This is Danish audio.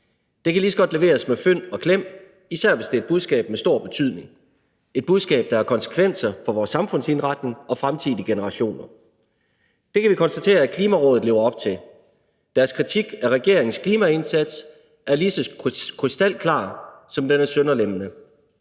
Det kan lige så godt leveres med fynd og klem, især hvis det er et budskab med stor betydning – et budskab, der har konsekvenser for vores samfundsindretning og fremtidige generationer. Det kan vi konstatere at Klimarådet lever op til. Deres kritik af regeringens klimaindsats er lige så krystalklar, som den er sønderlemmende.